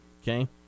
Okay